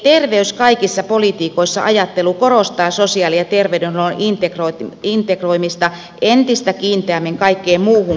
terveys kaikissa politiikoissa ajattelu korostaa sosiaali ja terveydenhuollon integroimista entistä kiinteämmin kaikkeen muuhun kunnan toimintaan